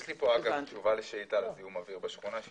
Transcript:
יש לי אגב תשובה לשאילתה לזיהום אוויר בשכונה.